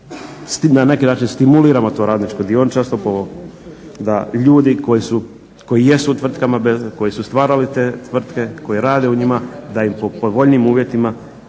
na neki način stimuliramo to radničko dioničarstvo, da ljudi koji jesu u tvrtkama, koji su stvarali te tvrtke, koji rade u njima, da im po povoljnijim uvjetima